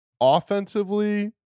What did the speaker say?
offensively